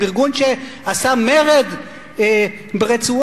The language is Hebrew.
עם ארגון שעשה מרד ברצועה,